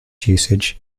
usage